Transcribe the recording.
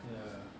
ya